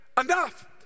enough